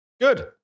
Good